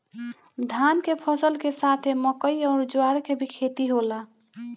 धान के फसल के साथे मकई अउर ज्वार के भी खेती होला